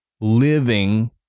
living